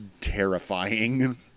terrifying